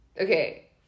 Okay